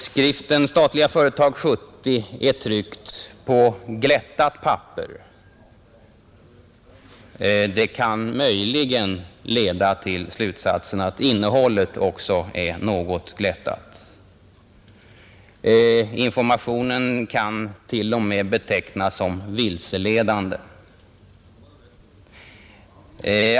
Skriften Statliga företag 70 är tryckt på glättat papper. Det kan möjligen leda till slutsatsen att innehållet också är något glättat. Informationen kan t.o.m. betecknas som vilseledande.